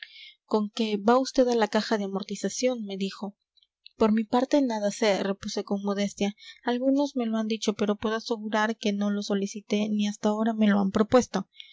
con que va vd a la caja de amortización me dijo por mi parte nada sé repuse con modestia algunos me lo han dicho pero puedo asegurar que no lo solicité ni hasta ahora me lo han propuesto